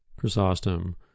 Chrysostom